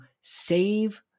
save